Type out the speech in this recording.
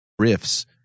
riffs